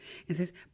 Entonces